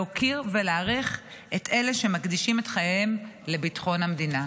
להוקיר ולהעריך את אלה שמקדישים את חייהם לביטחון המדינה.